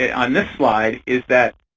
ah on this slide is that